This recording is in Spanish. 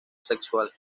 sexual